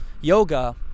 yoga